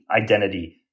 identity